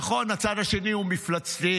נכון, הצד השני הוא מפלצתי.